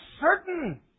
certain